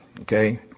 Okay